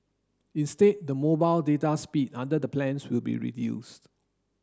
instead the mobile data speed under the plans will be reduced